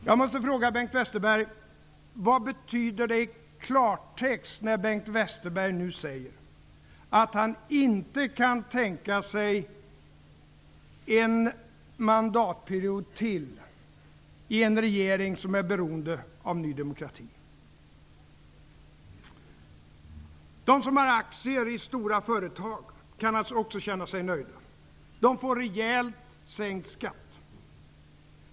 Jag måste fråga Bengt Westerberg: Vad betyder det i klartext när Bengt Westerberg nu säger att han inte kan tänka sig en mandatperiod till i en regering som är beroende av Ny demokrati? De som har aktier i stora företag kan naturligtvis också känna sig nöjda. De får rejält sänkt skatt.